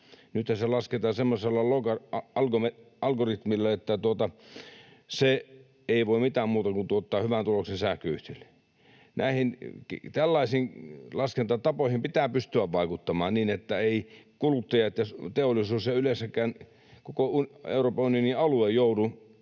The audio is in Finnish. Nythän se lasketaan semmoisella algoritmilla, että se ei voi mitään muuta kuin tuottaa hyvän tuloksen sähköyhtiöille. Tällaisiin laskentatapoihin pitää pystyä vaikuttamaan niin, etteivät kuluttajat ja teollisuus ja yleensäkään koko Euroopan unionin alue joudu